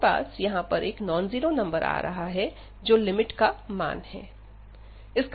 हमारे पास यहां एक नॉन जीरो नंबर आ रहा है जो लिमिट का मान है